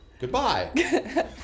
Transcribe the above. Goodbye